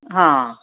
हां